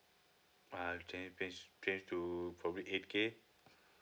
uh change change change to probably eight K